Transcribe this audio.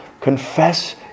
Confess